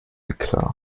eklat